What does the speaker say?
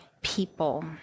people